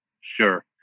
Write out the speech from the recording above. Sure